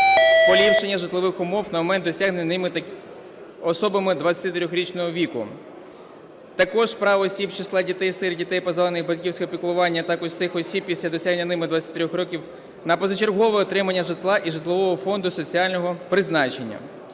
поліпшення житлових умов на момент досягнення цими особами 23-річного віку. Також право осіб з числа дітей-сиріт, дітей, позбавлених батьківського піклування, а також цих осіб після досягнення ними 23 років на позачергове отримання житла із житлового фонду соціального призначення.